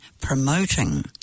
promoting